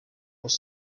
was